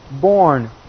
born